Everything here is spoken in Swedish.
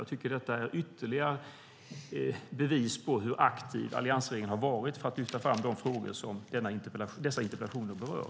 Jag tycker att detta är ytterligare ett bevis på hur aktiv alliansregeringen har varit för att lyfta fram de frågor som dessa interpellationer berör.